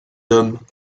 hommes